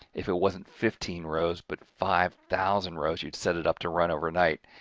if it wasn't fifteen rows but five thousand rows, you'd set it up to run overnight.